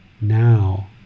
now